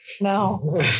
No